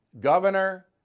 Governor